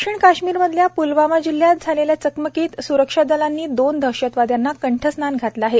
दक्षिण काश्मिरातल्या प्लवामा जिल्ह्यात झालेल्या चकमकीत स्रक्षा दलांनी दोन दहशतवाद्यांना कंठस्थान घातले आहे